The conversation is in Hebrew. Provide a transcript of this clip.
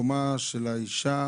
מקומה של האישה